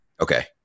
Okay